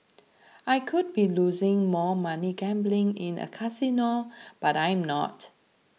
I could be losing more money gambling in a casino but I'm not